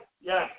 Yes